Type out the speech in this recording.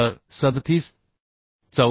तर 37